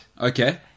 Okay